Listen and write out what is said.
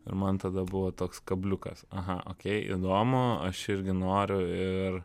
ir man tada buvo toks kabliukas aha okei įdomu aš irgi noriu ir